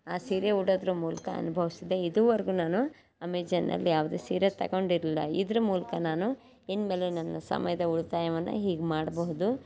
ಆ ಸೀರೆ ಉಡದ್ರ ಮೂಲಕ ಅನುಭವ್ಸ್ದೆ ಇದುವರ್ಗೂ ನಾನು ಅಮೇಝಾನ್ನಲ್ಲಿ ಯಾವುದೇ ಸೀರೆ ತೊಗೊಂಡಿರ್ಲಿಲ್ಲ ಇದ್ರ ಮೂಲಕ ನಾನು ಇನ್ಮೇಲೆ ನನ್ನ ಸಮಯದ ಉಳ್ತಾಯವನ್ನು ಹೀಗೆ ಮಾಡಬಹ್ದು